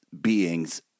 being's